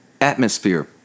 Atmosphere